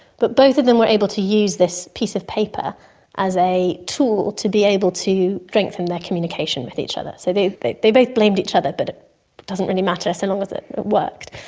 but both of them were able to use this piece of paper as a tool to be able to strengthen their communication with each other. so they they both blamed each other, but it doesn't really matter, so long as it worked.